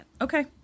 Okay